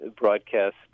broadcast